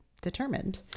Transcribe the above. determined